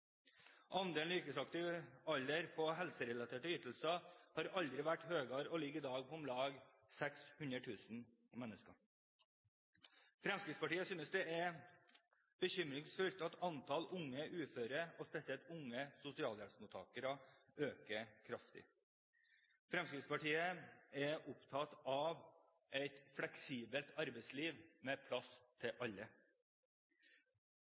Andelen yrkesaktive på helserelaterte ytelser har aldri vært høyere og ligger i dag på om lag 600 000 mennesker. Fremskrittspartiet synes det er bekymringsfullt at antall unge uføre, og spesielt unge sosialhjelpsmottakere, øker kraftig. Fremskrittspartiet er opptatt av et fleksibelt arbeidsliv med plass til